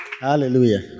Hallelujah